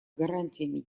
гарантиями